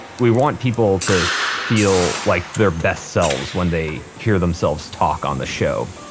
we want people to feel like their best selves when they hear themselves talk on the show